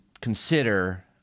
consider